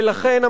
ולכן,